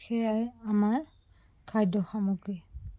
সেয়াই আমাৰ খাদ্য সামগ্ৰী